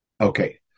Okay